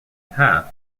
path